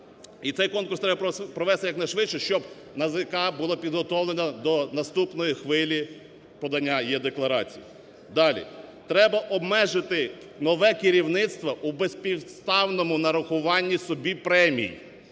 І цей конкурс треба провести якнайшвидше, щоб НАЗК була підготовлена до наступної хвилі подання е-декларацій. Далі, треба обмежити нове керівництво у безпідставному нарахуванні собі премій.